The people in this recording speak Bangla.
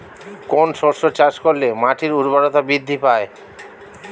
কোন শস্য চাষ করলে মাটির উর্বরতা বৃদ্ধি পায়?